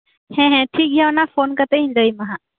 ᱦᱮᱸ ᱦᱮᱸ ᱴᱷᱤᱠᱜᱮᱭᱟ ᱚᱱᱟ ᱯᱷᱳᱱ ᱠᱟᱛᱮᱧ ᱞᱟᱹᱭ ᱟᱢᱟ ᱦᱟᱜ